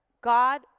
God